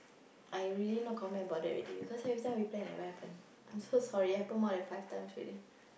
I really no comment about that already because everytime we plan never happen I'm so sorry happen more than five times already